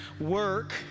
work